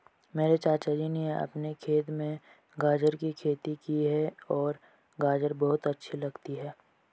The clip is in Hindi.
मेरे चाचा जी ने अपने खेत में गाजर की खेती की है मुझे गाजर बहुत अच्छी लगती है